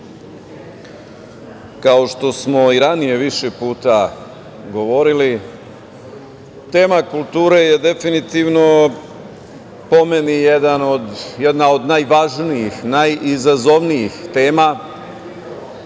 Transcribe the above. kao što smo i ranije više puta govorili, tema kulture je definitivno po meni jedna od najvažnijih, najizazovnijih tema,